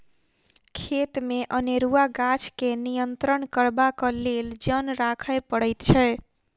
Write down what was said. खेतमे अनेरूआ गाछ के नियंत्रण करबाक लेल जन राखय पड़ैत छै